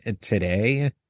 today